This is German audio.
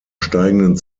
steigenden